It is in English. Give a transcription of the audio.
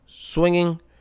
Swinging